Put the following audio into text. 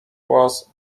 was